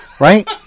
Right